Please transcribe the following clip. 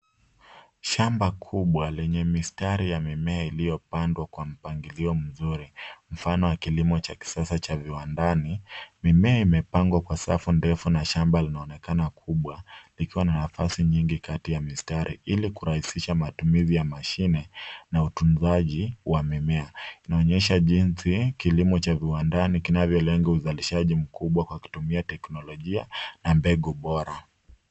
Shamba kubwa lenye mistari ya mimea iliyopandwa kwa mpangilio mzuri mfano wa kilimo cha kisasa cha viwandani, mimea imepangwa kwa safu ndefu na shamba linaonekana kubwa, likiwa na nafasi nyingi kati ya mistari ili kurahisisha matumizi ya mashine na utunzaji wa mimea, inaonyesha jinsi kilimo cha viwandani kinavyolenga uzalishaji mkubwa kwa kutumia teknolojia na mbegu bora.